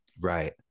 Right